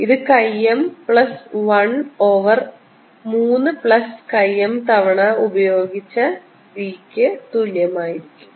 ഇത് 3 chi m plus 1 over 3 plus chi m തവണ പ്രയോഗിച്ച b ക്ക് തുല്യമായിരിക്കും